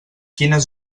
quines